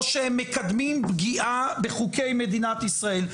או שהם מקדמים פגיעה בחוקי מדינת ישראל,